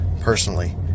personally